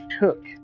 took